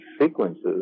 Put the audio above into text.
sequences